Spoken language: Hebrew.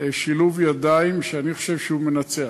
שילוב ידיים שאני חושב שהוא מנצח,